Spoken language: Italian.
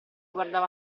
guardava